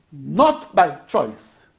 not by choice.